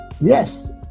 Yes